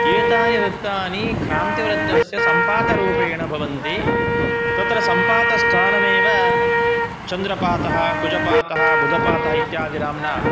एतानि वृत्तानि क्रान्तिवृत्तस्य सम्पातरूपेण भवन्ति तत्र सम्पातस्थानमेव चन्द्रपातः कुजपातः बुधपातः इत्यादिनाम्ना